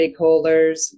stakeholders